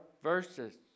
verses